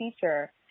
teacher